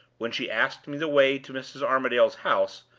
when she asked me the way to mrs. armadale's house,